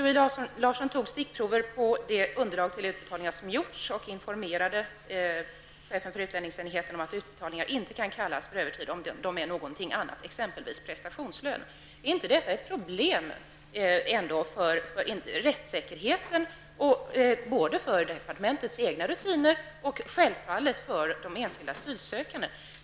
Louis Larsson tog stickprover på de underlag till utbetalningar som gjorts och informerade -- chef för utlänningsenheten, om att utbetalningar inte kan kallas för övertid om det är någonting annat, exempelvis prestationslön.'' Är inte detta ett problem för rättssäkerheten både för departementets egna rutiner och självklart för de enskilda asylsökandena?